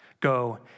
Go